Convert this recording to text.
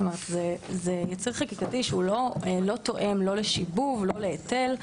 זה יציר חקיקתי שהוא לא תואם לא לשיבוב ולא להיטל.